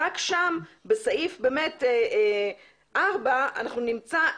רק שם בסעיף ארבע אנחנו נמצא,